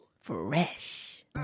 Fresh